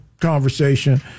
conversation